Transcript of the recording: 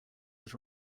was